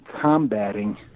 combating